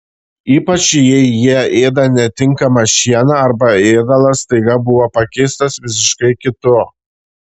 ypač jei jie ėda netinkamą šieną arba ėdalas staiga buvo pakeistas visiškai kitu